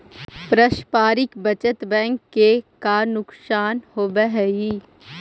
पारस्परिक बचत बैंक के का नुकसान होवऽ हइ?